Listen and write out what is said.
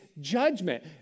judgment